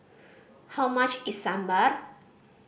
how much is Sambar